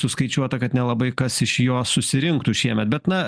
suskaičiuota kad nelabai kas iš jos susirinktų šiemet bet na